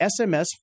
SMS